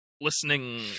listening-